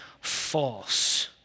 false